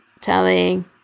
telling